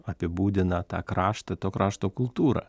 apibūdina tą kraštą to krašto kultūrą